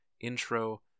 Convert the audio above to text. intro